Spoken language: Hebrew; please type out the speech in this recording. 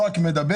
לא רק מדבר,